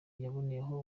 yaboneyeho